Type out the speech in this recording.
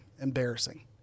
embarrassing